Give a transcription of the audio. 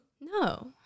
No